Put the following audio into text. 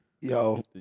Yo